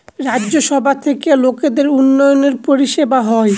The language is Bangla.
রাজ্য সভা থেকে লোকদের উন্নয়নের পরিষেবা হয়